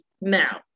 now